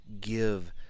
give